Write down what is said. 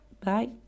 bye